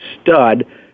stud